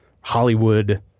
Hollywood